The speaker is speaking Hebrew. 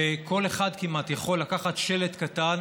שכל אחד כמעט יכול לקחת שלט קטן,